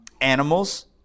animals